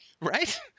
right